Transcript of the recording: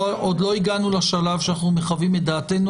עוד לא הגענו לשלב שאנחנו מחווים את דעתנו